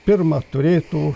pirma turėtų